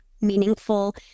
meaningful